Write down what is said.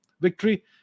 victory